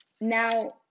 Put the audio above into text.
Now